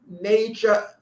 major